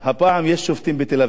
הפעם יש שופטים בתל-אביב.